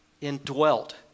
indwelt